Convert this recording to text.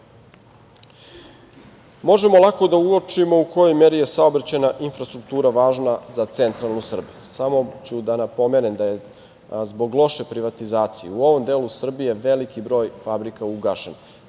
lako da uočimo u kojoj meri je saobraćajna infrastruktura važna za centralnu Srbiju. Samo ću da napomenem da je zbog loše privatizacije u ovom delu Srbije veliki broj fabrika ugašen,